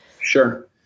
Sure